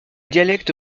dialecte